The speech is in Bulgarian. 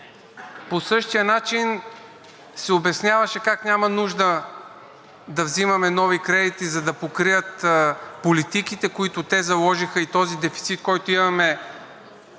По същия начин се обясняваше как няма нужда да взимаме нови кредити, за да покрият политиките, които те заложиха, и този дефицит, който имаме,